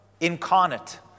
incarnate